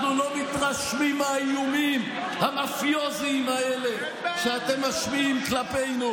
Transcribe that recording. אנחנו לא מתרשמים מהאיומים המאפיוזיים האלה שאתם משמיעים כלפינו.